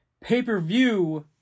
pay-per-view